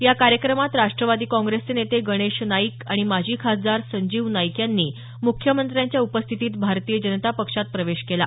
या कार्यक्रमात राष्ट्रवादी काँग्रेसचे नेते गणेश नाईक आणि माजी खासदार संजीव नाईक यांनी मुख्यमंत्र्यांच्या उपस्थितीत भारतीय जनता पक्षात प्रवेश केला